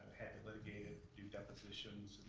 had to litigate it, do depositions,